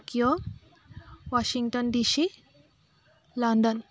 Tokyo Washington DC London